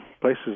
places